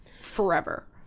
forever